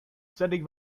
sending